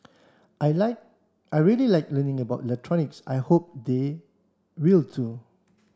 I like I really like learning about electronics and I hope they will too